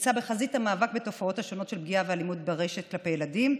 נמצא בחזית המאבק בתופעות השונות של פגיעה ואלימות ברשת כלפי ילדים.